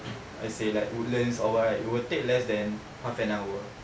I say like woodlands or what right it will take less than half an hour